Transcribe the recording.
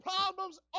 problems